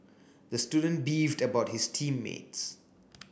the student beefed about his team mates